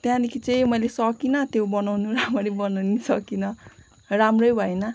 त्यहाँदेखि चाहिँ मैले सकिनँ त्यो बनाउनु राम्ररी बनाउनु सकिनँ राम्रै भएन